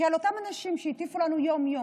כי אלה אותם אנשים שהטיפו לנו יום-יום,